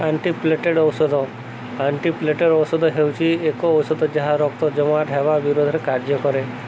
antiplatelet ଔଷଧ antiplatelet ଔଷଧ ହେଉଛି ଏକ ଔଷଧ ଯାହା ରକ୍ତ ଜମାଟ ହେବା ବିରୋଧରେ କାର୍ଯ୍ୟ କରେ